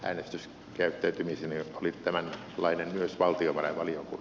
äänestys käyttäytymiseni oli tämän lainen myös valtiovarainvalion